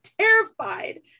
terrified